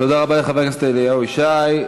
תודה רבה לחבר הכנסת אליהו ישי.